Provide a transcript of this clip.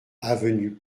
avenue